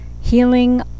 healing